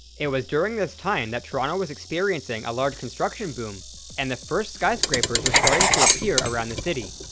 it was during this time that toronto was experiencing a large construction boom and the first skyscrapers were starting to appear around the city.